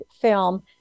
film